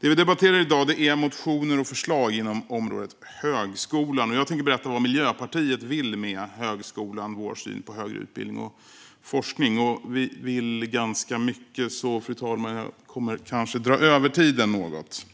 Det vi debatterar i dag är motioner och förslag inom området högskolan, och jag tänker berätta vad Miljöpartiet vill med högskolan och om vår syn på högre utbildning och forskning. Vi vill ganska mycket, fru talman, så jag kommer kanske att överskrida talartiden något.